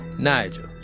nigel,